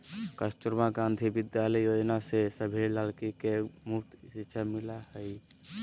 कस्तूरबा गांधी विद्यालय योजना से सभे लड़की के मुफ्त शिक्षा मिला हई